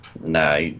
Nah